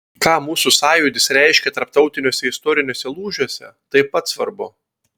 ką mūsų sąjūdis reiškė tarptautiniuose istoriniuose lūžiuose taip pat svarbu